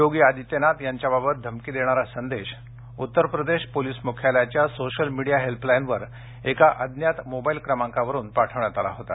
योगी आदित्यनाथ यांच्याबाबत धमकी देणारा संदेश उत्तर प्रदेश पोलीस मुख्यालयाच्या सोशल मीडिया हेल्पलाइनवर एका अज्ञात मोबाइल क्रमांकावरून पाठविण्यात आला होता